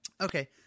Okay